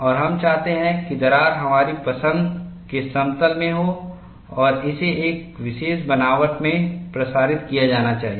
और हम चाहते हैं कि दरार हमारी पसंद के समतल में हो और इसे एक विशेष बनावट में प्रसारित किया जाना चाहिए